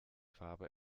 farbe